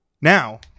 Now